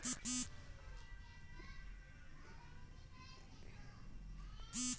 Arabian jasmine ಅಂದುರ್ ಮೊಗ್ರಾ ಹೂವಿಂದ್ ಗಿಡಗೊಳ್ ಇವು ಬಿಳಿ ಹೂವುಗೊಳ್ ಅವಾ